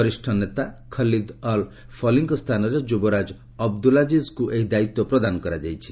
ବରିଷ୍ଠ ନେତା Khalid Al ଫଲିଙ୍କ ସ୍ଥାନରେ ଯୁବରାଜ ଅବଦୁଲ୍ଲାକିଜ୍ଙ୍କୁ ଏହି ଦାୟିତ୍ୱ ପ୍ରଦାନ କରାଯାଇଛି